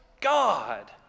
God